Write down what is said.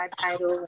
title